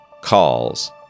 calls